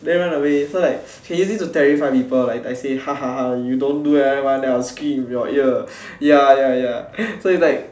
then run away so like can use this to terrify people like I say if you don't do what I want then I will scream into your ear ya ya ya so it's like